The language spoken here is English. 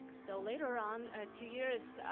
so later on, ah two years,